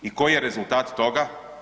I koji je rezultat toga?